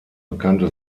bekannte